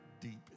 deep